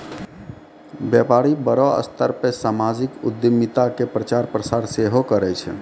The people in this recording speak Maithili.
व्यपारी बड़ो स्तर पे समाजिक उद्यमिता के प्रचार प्रसार सेहो करै छै